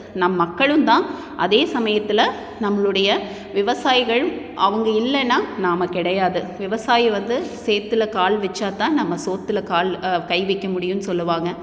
நம் மக்களும்தான் அதே சமயத்தில் நம்மளுடைய விவசாயிகள் அவங்க இல்லைன்னா நாம் கிடையாது விவசாயி வந்து சேற்றுல கால் வைச்சா தான் நம்ம சோற்றுல கால் கை வைக்க முடியுன்னு சொல்லுவாங்க